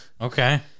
Okay